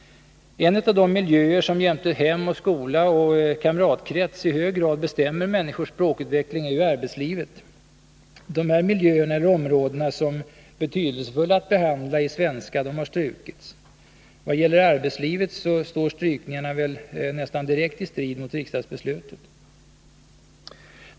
En av de miljöer som jämte hem, skola och kamratkrets i hög grad bestämmer människors språkutveckling är arbetslivet. Dessa miljöer eller områden som är betydelsefulla att behandla i svenska har strukits. Vad gäller arbetslivet står strykningarna nästan direkt i strid mot riksdagsbeslutet.